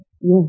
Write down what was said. Yes